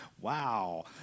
Wow